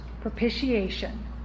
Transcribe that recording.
Propitiation